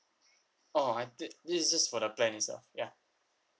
oh I thought this is just for the plan itself ya